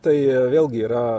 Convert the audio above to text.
tai vėlgi yra